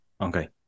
Okay